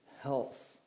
health